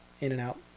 in-and-out